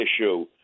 issue